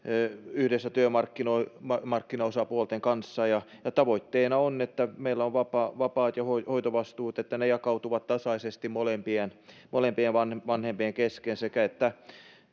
yhdessä työmarkkinaosapuolten kanssa ja tavoitteena on että meillä vapaat ja hoitovastuut jakautuvat tasaisesti molempien molempien vanhempien vanhempien kesken sekä